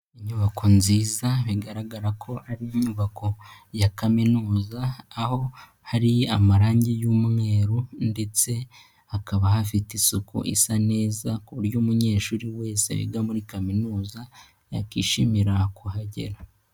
Inyubako nziza bigaragara ko ari inyubako ya kaminuza. Aho hari amarangi y'umweru ndetse hakaba hafite isuku isa neza, ku buryo umunyeshuri wese yiga muri kaminuza yakwishimira kuhagera.